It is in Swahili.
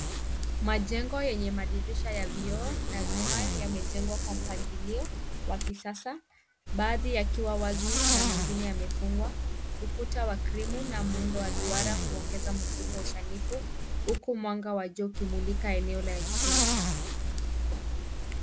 Majengo yenye madirisha ya vioo na vyuma yamejengwa kwa mpangilio wa kisasa, baadhi yakiwa wazi na mengine yamefungwa. Ukuta wa krimu na muundo wa duara huongeza mvuto wa usanifu, huku mwanga wa jua ukimulika eneo la chini.